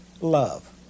love